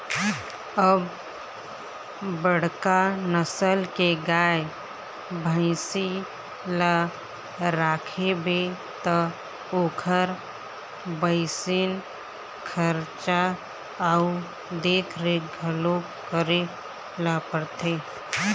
अब बड़का नसल के गाय, भइसी ल राखबे त ओखर वइसने खरचा अउ देखरेख घलोक करे ल परथे